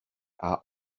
are